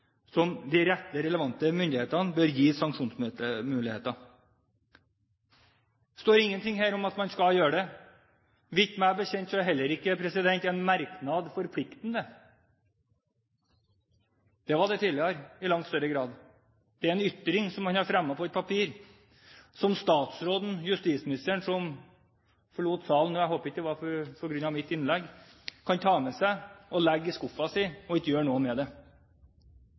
er de relevante tilsynsmyndigheter, bør gis sanksjonsmyndighet.» Det står ingenting her om at man skal gjøre det, men at det «bør vurderes». Meg bekjent er heller ikke en merknad forpliktende. Det var den i langt større grad tidligere. Det er en ytring som man har fremmet på et papir, som justisministeren – som nå forlot salen, og jeg håper det ikke var på grunn av mitt innlegg – kan ta med seg og legge i skuffen sin og ikke gjøre noe med. Hvis det